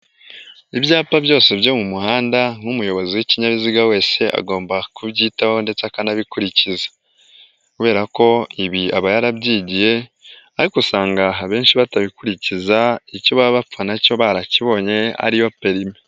Ibyapa byose byo mu muhanda nk'umuyobozi w'ikinyabiziga wese agomba kubyitaho ndetse akanabikurikiza, kubera ko ibi aba yarabyigiye ariko usanga abenshi batabikurikiza, icyo baba bapfa na cyo barakibonye ariyo perime.